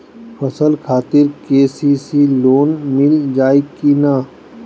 फसल खातिर के.सी.सी लोना मील जाई किना?